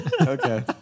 Okay